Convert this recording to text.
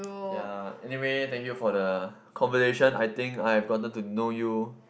ya anyway thank you for the conversation I think I have gotten to know you